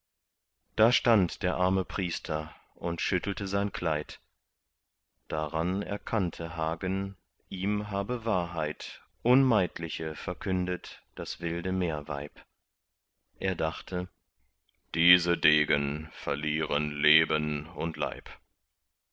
da stand der arme priester und schüttelte sein kleid daran erkannte hagen ihm habe wahrheit unmeidliche verkündet das wilde meerweib er dachte diese degen verlieren leben und leib